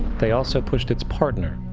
they also pushed its partner,